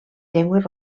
llengües